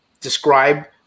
describe